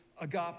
agape